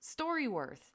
StoryWorth